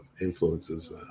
influences